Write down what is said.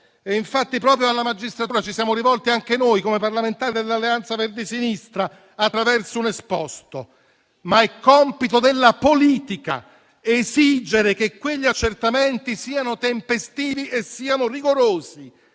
infatti proprio alla magistratura ci siamo rivolti anche noi, come parlamentari dell'Alleanza Verdi e Sinistra, attraverso un esposto. Tuttavia, è compito della politica esigere che quegli accertamenti siano tempestivi e rigorosi